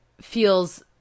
feels